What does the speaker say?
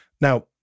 Now